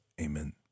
Amen